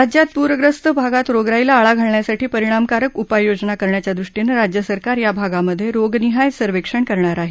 राज्याच्या प्रग्रस्त भागात रोगराईला आळा घालण्यासाठी परिणामकारक उपाय योजना करण्याच्या दृष्टीनं राज्य सरकार या भागांमधे रोगनिहाय सर्वेक्षण करणार आहे